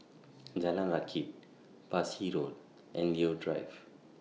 Jalan Rakit Parsi Road and Leo Drive